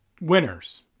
Winners